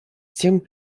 тем